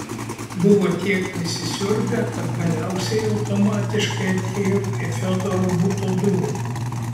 buvo tiek prisisiurbę kad galiausiai automatiškai atėjo prie fiodoro buto durų